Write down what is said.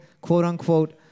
quote-unquote